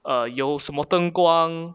err 有什么灯光